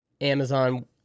Amazon